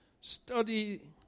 study